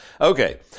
Okay